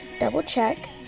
Double-check